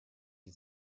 die